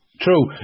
True